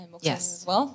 Yes